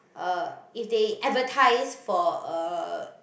uh if they advertise for uh